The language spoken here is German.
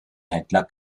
händler